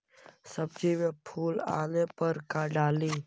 सब्जी मे फूल आने पर का डाली?